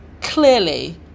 clearly